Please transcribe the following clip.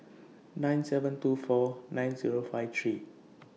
nine seven two four nine Zero five three